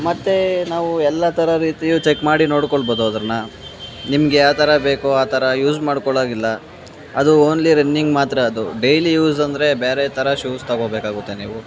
ಮತ್ತೆ ನಾವು ಎಲ್ಲ ಥರ ರೀತಿಯೂ ಚೆಕ್ ಮಾಡಿ ನೋಡ್ಕೊಳ್ಬೋದು ಅದನ್ನು ನಿಮ್ಗೆ ಯಾವ ಥರ ಬೇಕು ಆ ಥರ ಯೂಸ್ ಮಾಡ್ಕೊಳ್ಳೋ ಹಾಗಿಲ್ಲ ಅದು ಓನ್ಲಿ ರನ್ನಿಂಗ್ ಮಾತ್ರ ಅದು ಡೈಲಿ ಯೂಸ್ ಅಂದರೆ ಬೇರೆ ಥರ ಶೂಸ್ ತಗೋಬೇಕಾಗುತ್ತೆ ನೀವು